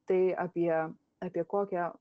tai apie apie kokią